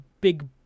big